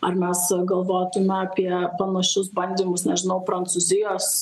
ar mes galvotume apie panašius bandymus nežinau prancūzijos